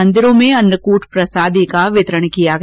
मंदिरों में अन्नकूट प्रसादी का वितरण किया गया